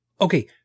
Okay